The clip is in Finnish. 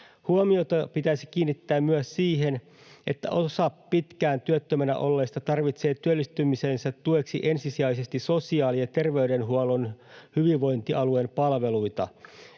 Huomiota pitäisi kiinnittää myös siihen, että osa pitkään työttömänä olleista tarvitsee työllistymisensä tueksi ensisijaisesti sosiaali- ja ter-veydenhuollon hyvinvointialueen palveluita.